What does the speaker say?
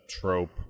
trope